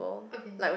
okay